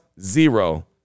zero